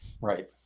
Right